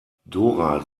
dora